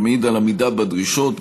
המעיד על עמידה בדרישות,